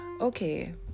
Okay